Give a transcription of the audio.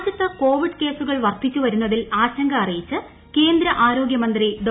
രാജ്യത്ത് കോവിഡ് കേസുകൾ പ്പ്ർബിച്ചുവരുന്നതിൽ ആശങ്ക അറിയിച്ച് കേന്ദ്ര ആരോഗ്യമൃന്തി ്യൂഡോ